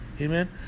Amen